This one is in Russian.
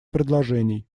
предложений